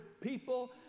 people